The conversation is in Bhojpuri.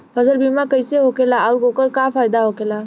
फसल बीमा कइसे होखेला आऊर ओकर का फाइदा होखेला?